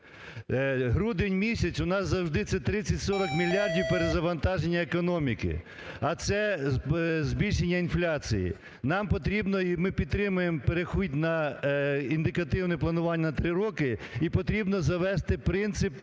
Грудень місяць у нас завжди – це 30-40 мільярдів перезавантаження економіки, а це збільшення інфляції. Нам потрібно, і ми підтримуємо перехід на індикативне планування на 3 роки, і потрібно завести принцип